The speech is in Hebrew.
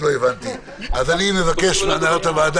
ישיבה זו נעולה.